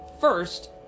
First